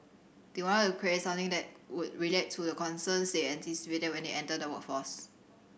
they wanted create something that would relate to the concerns they anticipated when they enter the workforce